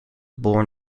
born